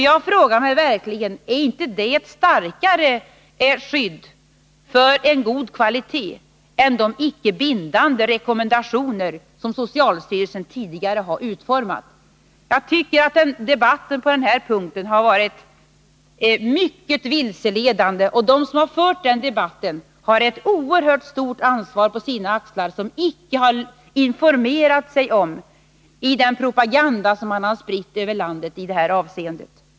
Jag frågar mig verkligen, om inte de riktlinjerna innebär ett starkare skydd för en god kvalitet än de icke bindande rekommendationer som socialstyrelsen har utformat. Jag tycker att debatten på den här punkten har varit mycket vilseledande. De som har fört den debatten har axlat ett oerhört stort ansvar, då de i den propaganda som har spritts över landet icke har informerat sig om vad som gäller i det här avseendet.